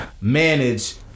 manage